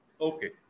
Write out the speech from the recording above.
Okay